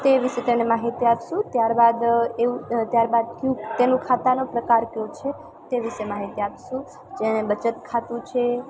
તે વિષે તેની માહિતી આપીશું ત્યારબાદ એવું ત્યારબાદ કયું તેના ખાતાના પ્રકાર કયો છે તે વિષે માહિતી આપીશું જેને બચત ખાતું છે